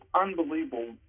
unbelievable